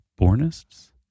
bornists